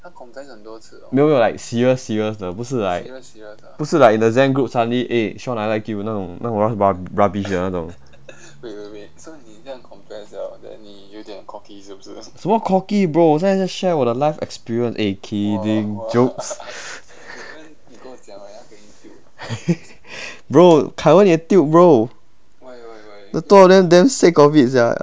没有没有 like serious serious 的不是 like 不是 like in the zen group suddenly eh sean I like you 那种那种 rubbish 的那种什么 cocky bro 我现在是 share 我的 life experience eh kidding jokes bro kai wen 也 tilt bro the two of them damn sick of it sia